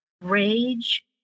rage